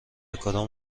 کدام